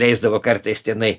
leisdavo kartais tenai